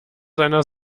seiner